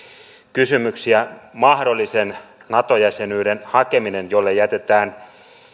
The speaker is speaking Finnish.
kysymyksiä mahdollinen nato jäsenyyden hakeminen jolle jätetään